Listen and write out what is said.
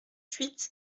huit